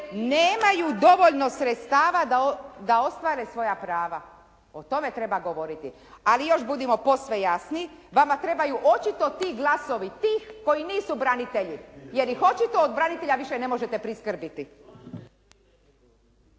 nemaju dovoljno sredstava da ostvare svoja prava. O tome treba govoriti. Ali još budimo posve jasni. Vama trebaju očito ti glasovi tih koji nisu branitelji jer ih očito od branitelja više ne možete priskrbiti.